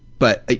but, like